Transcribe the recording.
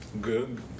Good